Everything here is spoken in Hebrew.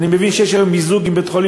אני מבין שיש היום מיזוג בין בית-החולים